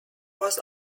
was